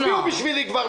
הצביעו בשבילי כבר.